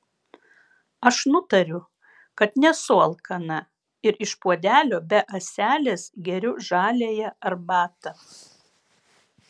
aš nutariu kad nesu alkana ir iš puodelio be ąselės geriu žaliąją arbatą